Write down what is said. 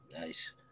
Nice